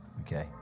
Okay